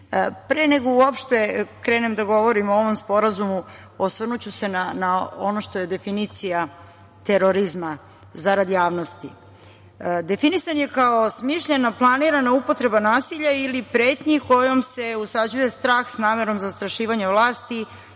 nego uopšte krenem da govorim o ovom Sporazumu, osvrnuću se na ono što je definicija terorizma, zarad javnosti. Definisan je kao smišljeno planirana upotreba nasilja ili pretnji kojom se usađuje strah sa namerom zastrašivanja vlasti